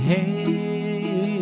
Hey